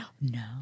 No